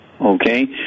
okay